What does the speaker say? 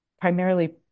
primarily